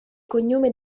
cognome